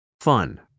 Fun